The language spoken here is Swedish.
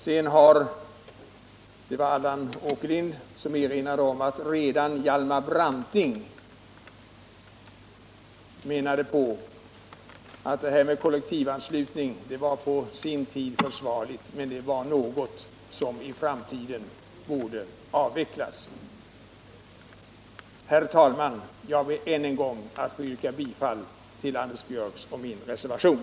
Sedan erinrade Allan Åkerlind om att redan Hjalmar Branting menade att kollektivanslutning på sin tid var försvarlig men att det var någonting som i framtiden borde avvecklas. Herr talman! Jag ber än en gång att få yrka bifall till Anders Björcks och min reservation.